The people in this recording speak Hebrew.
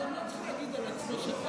אדם לא צריך להגיד על עצמו שדבריו,